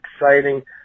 exciting